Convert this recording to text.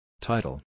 Title